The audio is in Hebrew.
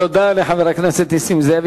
תודה לחבר הכנסת נסים זאב.